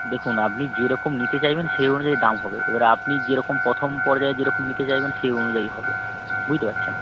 দেখুন আপনি যেরকম নিতে চাইবেন সেই অনুযায়ী দাম হবে এবারে আপনি যেরকম প্রথম পর্যায়ে যেরকম নিতে চাইবেন সেই অনুযায়ী হবে বুঝতে পারছেন